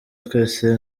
twese